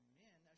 men